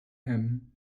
him